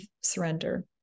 surrender